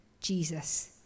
Jesus